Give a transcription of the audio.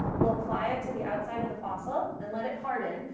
we'll apply it to the outside of the fossil and let it harden.